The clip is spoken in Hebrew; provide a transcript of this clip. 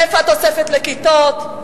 איפה התוספת לכיתות?